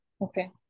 Okay